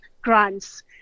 grants